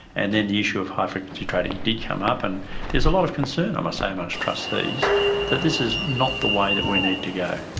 and then the issue of high-frequency trading did come up, and there's a lot of concern, i must say, amongst trustees that this is not the that we need to go.